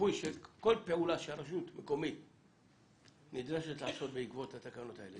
שיפוי של כל פעולה שרשות מקומית נדרשת לעשות בעקבות התקנות האלה,